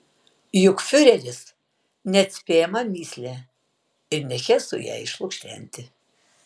juk fiureris neatspėjama mįslė ir ne hesui ją išlukštenti